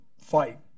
fight